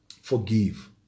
forgive